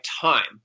time